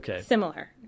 similar